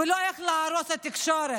ולא באיך להרוס את התקשורת.